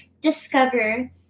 discover